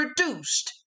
produced